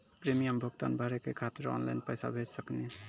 Premium भुगतान भरे के खातिर ऑनलाइन पैसा भेज सकनी?